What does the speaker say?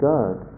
God